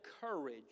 courage